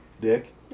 Dick